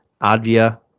Advia